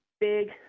big